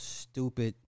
stupid